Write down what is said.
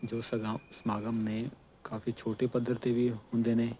ਜੋ ਸਗਾ ਸਮਾਗਮ ਨੇ ਕਾਫੀ ਛੋਟੇ ਪੱਧਰ 'ਤੇ ਵੀ ਹੁੰਦੇ ਨੇ